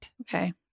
Okay